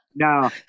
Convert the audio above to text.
No